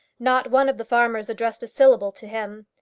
not one of the farmers addressed a syllable to him.